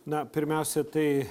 na pirmiausia tai